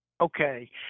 Okay